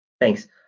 Thanks